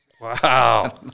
Wow